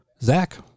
Zach